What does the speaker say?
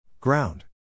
Ground